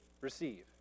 receive